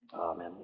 Amen